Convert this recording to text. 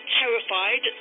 terrified